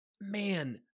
man